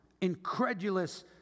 incredulous